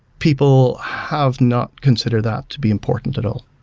people have not considered that to be important at all.